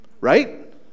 right